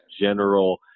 general